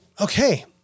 Okay